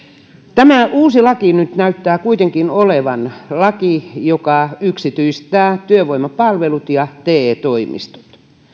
tämä uusi laki nyt näyttää kuitenkin olevan laki joka yksityistää työvoimapalvelut ja te toimistot